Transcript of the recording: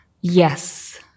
Yes